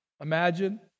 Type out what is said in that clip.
imagine